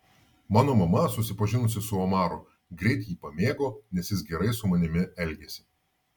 mano mama susipažinusi su omaru greit jį pamėgo nes jis gerai su manimi elgėsi